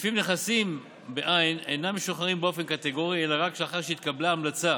שלפיו נכסים בעין אינם משוחררים באופן קטגורי אלא רק לאחר שהתקבלה המלצה